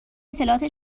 اطلاعات